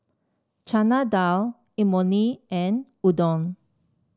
Chana Dal Imoni and Udon